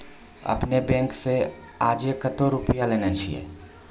आपने ने बैंक से आजे कतो रुपिया लेने छियि?